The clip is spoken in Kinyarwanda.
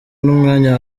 n’umwanya